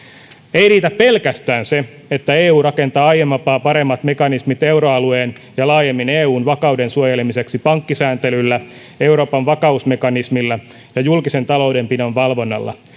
ei riitä pelkästään se että eu rakentaa aiempaa paremmat mekanismit euroalueen ja laajemmin eun vakauden suojelemiseksi pankkisääntelyllä euroopan vakausmekanismilla ja julkisen taloudenpidon valvonnalla